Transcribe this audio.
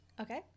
Okay